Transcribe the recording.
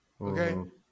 Okay